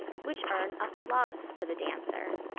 which earn applause for the dancer.